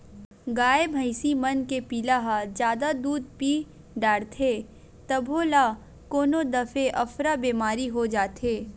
गाय भइसी मन के पिला ह जादा दूद पीय डारथे तभो ल कोनो दफे अफरा बेमारी हो जाथे